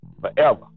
forever